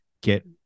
get